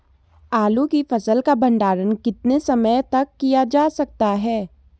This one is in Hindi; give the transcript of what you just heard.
आलू की फसल का भंडारण कितने समय तक किया जा सकता है?